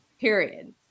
Period